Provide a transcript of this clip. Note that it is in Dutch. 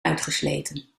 uitgesleten